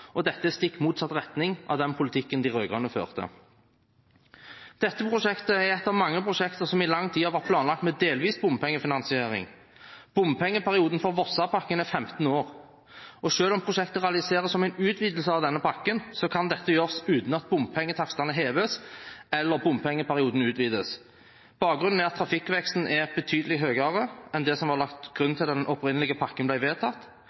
plasser. Dette går i stikk motsatt retning av den politikken de rød-grønne førte. Dette prosjektet er ett av mange prosjekter som i lang tid har vært planlagt med delvis bompengefinansiering. Bompengeperioden for Vossapakko er 15 år, og selv om prosjektet realiseres som en utvidelse av denne pakken, kan dette gjøres uten at bompengetakstene heves eller bompengeperioden utvides. Bakgrunnen er at trafikkveksten er betydelig høyere enn det som var lagt til grunn da den opprinnelige pakken ble vedtatt.